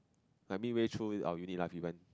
I mean way through our unit lah even